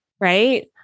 Right